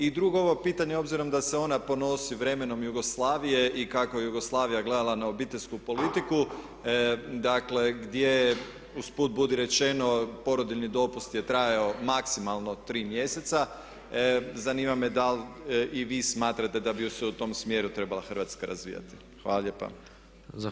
I drugu ovo pitanje obzirom da se ona ponosi vremenom Jugoslavije i kakvo je Jugoslavija gledala na obiteljsku politiku dakle gdje je usput budi rečeno porodiljni dopust je trajao maksimalno 3 mjeseca, zanima me da li i vi smatrate da bi ju se u tom smjeru trebalo Hrvatska razvijati?